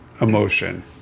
emotion